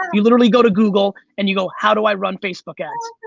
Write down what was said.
um you literally go to google, and you go how do i run facebook ads.